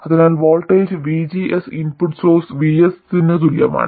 അതിനാൽ voltage VGS input source VS ന് തുല്യമാണ്